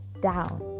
down